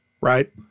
Right